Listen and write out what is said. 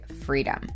freedom